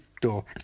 door